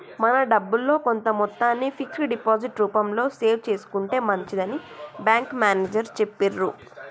మన డబ్బుల్లో కొంత మొత్తాన్ని ఫిక్స్డ్ డిపాజిట్ రూపంలో సేవ్ చేసుకుంటే మంచిదని బ్యాంకు మేనేజరు చెప్పిర్రు